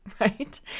right